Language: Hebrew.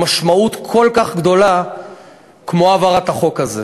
משמעות כל כך גדולה כמו העברת החוק הזה.